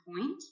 point